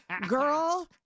Girl